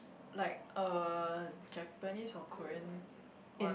like uh Japanese or Korean one